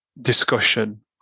discussion